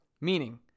meaning